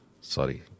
sorry